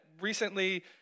recently